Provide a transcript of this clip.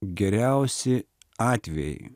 geriausi atvejai